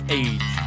age